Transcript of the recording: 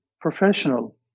professional